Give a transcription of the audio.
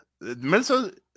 Minnesota